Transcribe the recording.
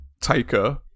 taker